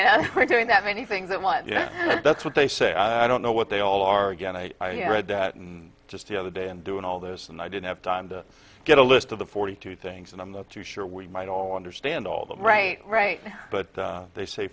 doing that many things that what you know that's what they say i don't know what they all are again i read that and just the other day and doing all this and i didn't have time to get a list of the forty two things and i'm not too sure we might all understand all that right right now but they say